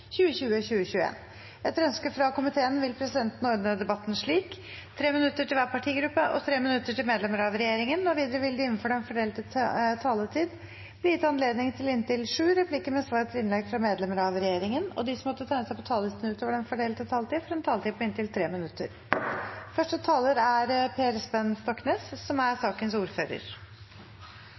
25. Etter ynske frå energi- og miljøkomiteen vil presidenten ordna debatten slik: 3 minutt til kvar partigruppe og 3 minutt til medlemer av regjeringa. Vidare vil det – innanfor den fordelte taletida – verta gjeve anledning til inntil sju replikkar med svar etter innlegg frå medlemer av regjeringa, og dei som måtte teikna seg på talarlista utover den fordelte taletida, får ei taletid på inntil 3 minutt. Det er lite som er